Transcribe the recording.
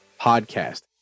podcast